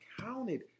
counted